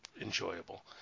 enjoyable